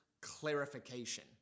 clarification